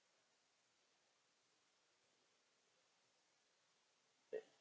K